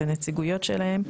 את הנציגויות שלהם,